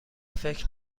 فکر